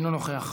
מוותר.